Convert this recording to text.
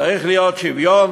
צריך להיות שוויון,